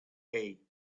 hay